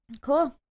cool